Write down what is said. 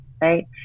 right